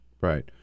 Right